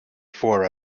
for